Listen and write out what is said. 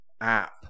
app